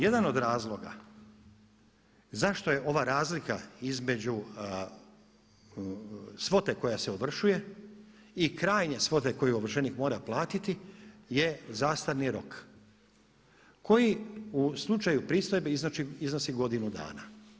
Jedan od razloga zašto je ova razlika između svote koja se ovršuje i krajnje svote koju ovršenik mora platiti je zastarni rok koji u slučaju pristojbe iznosi godinu dana.